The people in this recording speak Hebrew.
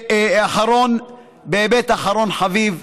ואחרון, באמת אחרון חביב,